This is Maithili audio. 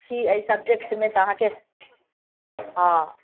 छी एहि सब्जेक्ट मे तऽ अहाँके हॅं